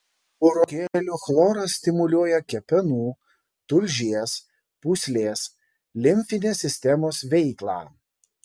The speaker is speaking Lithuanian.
burokėlių chloras stimuliuoja kepenų tulžies pūslės limfinės sistemos veiklą